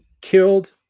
killed